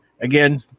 again